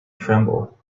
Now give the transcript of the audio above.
tremble